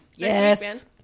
yes